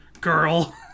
Girl